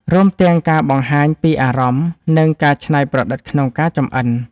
រួមទាំងការបង្ហាញពីអារម្មណ៍ និងការច្នៃប្រឌិតក្នុងការចំអិន។